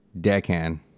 deckhand